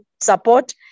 support